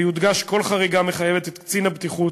ויודגש: כל חריגה מחייבת את קצין הבטיחות